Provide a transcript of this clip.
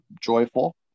joyful